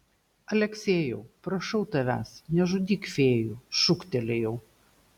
aleksejau prašau tavęs nežudyk fėjų šūktelėjau